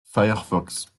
firefox